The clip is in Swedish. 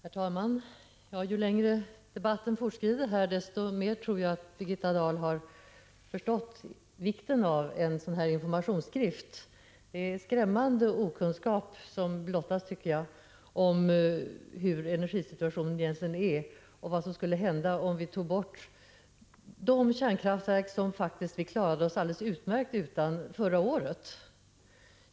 Herr talman! Ju längre debatten fortskrider, desto mer tror jag Birgitta Dahl har förstått vikten av en informationsskrift. Det är en skrämmande okunskap som blottas om hur energisituationen egentligen är och vad som skulle hända om vi tog bort de kärnkraftverk som vi faktiskt utmärkt väl klarade oss utan förra året.